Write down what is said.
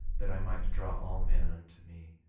that i might draw all men unto me,